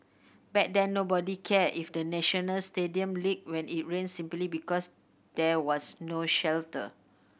back then nobody cared if the National Stadium leaked when it rained simply because there was no shelter